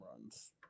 runs